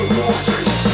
waters